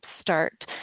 start